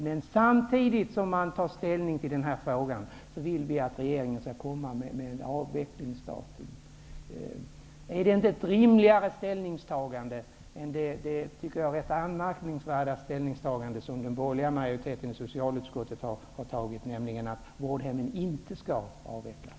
Men samtidigt som ställning tas i den här frågan vill vi att regeringen kommer med besked om ett avvecklingsdatum. Är inte det rimligare än det, enligt min uppfattning, rätt anmärkningsvärda ställningstagande som den borgerliga majoriteten i socialutskottet gör, dvs. att vårdhemmen inte skall avvecklas?